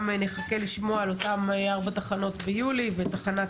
נחכה לשמוע על אותן ארבע תחנות ביולי ותחנת